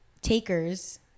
takers